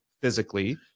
physically